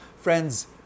Friends